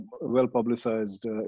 well-publicized